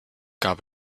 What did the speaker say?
gab